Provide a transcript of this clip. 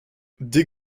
des